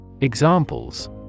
Examples